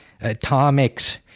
atomics